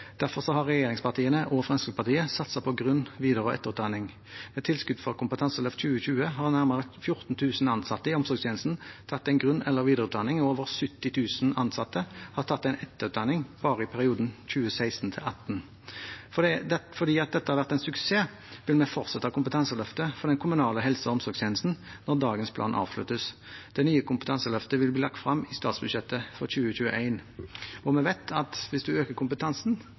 Derfor har regjeringspartiene og Fremskrittspartiet satset på grunn-, videre- og etterutdanning. Med tilskudd fra Kompetanseløft 2020 har nærmere 14 000 ansatte i omsorgstjenesten tatt en grunn- eller videreutdanning, og over 70 000 ansatte har tatt en etterutdanning bare i perioden 2016–2018. Fordi dette har vært en suksess, vil vi fortsette kompetanseløftet for den kommunale helse- og omsorgstjenesten når dagens plan avsluttes. Det nye kompetanseløftet vil bli lagt frem i statsbudsjettet for 2021. Vi vet at hvis man øker kompetansen,